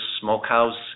smokehouse